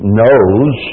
knows